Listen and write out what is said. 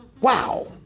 Wow